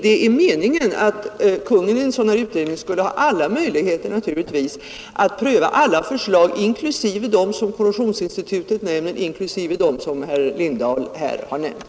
Det är naturligtvis meningen att Kungl. Maj:t skall ha alla möjligheter att pröva alla förslag, inklusive dem som Korrosionsinstitutet nämner och dem som herr Lindahl här har nämnt.